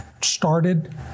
started